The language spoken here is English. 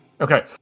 Okay